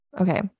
Okay